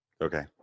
okay